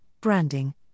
branding